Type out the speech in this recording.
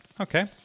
Okay